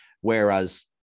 Whereas